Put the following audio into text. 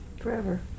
forever